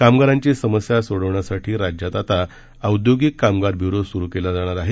कामगारांची समस्या सोडविण्यासाठी राज्यात आता औद्योगिक कामगार ब्युरो सुरू केला जाणार आहे